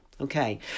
Okay